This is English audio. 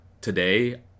today